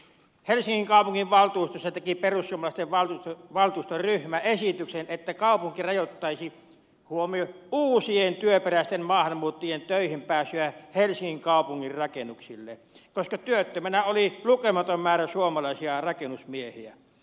helsingin kaupunginvaltuustossa perussuomalaisten valtuustoryhmä teki esityksen että kaupunki rajoittaisi huomio uusien työperäisten maahanmuuttajien töihin pääsyä helsingin kaupungin rakennuksille koska työttömänä oli lukematon määrä suomalaisia rakennusmiehiä